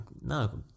No